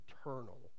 eternal